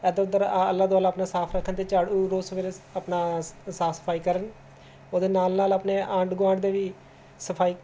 ਇੱਧਰ ਉੱਧਰ ਆਲਾ ਦੁਆਲਾ ਆਪਣਾ ਸਾਫ ਰੱਖਣ ਅਤੇ ਝਾੜੂ ਰੋਜ਼ ਸਵੇਰੇ ਆਪਣਾ ਸਾਫ ਸਫਾਈ ਕਰਨ ਉਹਦੇ ਨਾਲ ਨਾਲ ਆਪਣੇ ਆਂਡ ਗੁਆਂਡ ਦੇ ਵੀ ਸਫਾਈ